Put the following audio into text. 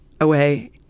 away